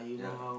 yea